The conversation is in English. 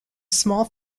small